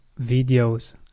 videos